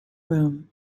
room